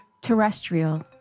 Terrestrial